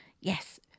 Yes